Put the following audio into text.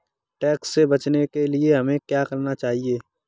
Tax से बचने के लिए हमें क्या करना चाहिए?